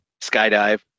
Skydive